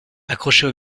accrochés